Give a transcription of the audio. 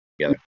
together